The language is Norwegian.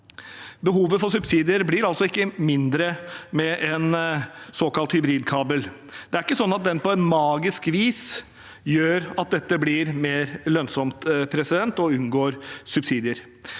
Behovet for subsidier blir altså ikke mindre med en såkalt hybridkabel. Det er ikke sånn at den på magisk vis gjør at dette blir mer lønnsomt, slik at en unngår subsidier.